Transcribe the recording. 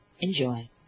Enjoy